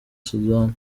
sudan